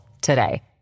today